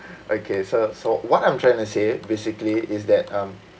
okay so so what I'm trying to say basically is that um